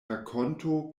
rakonto